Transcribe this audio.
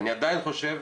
אני עדיין חושב